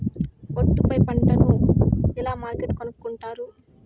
ఒట్టు పై పంటను ఎలా మార్కెట్ కొనుక్కొంటారు?